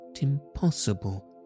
impossible